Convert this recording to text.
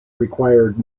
required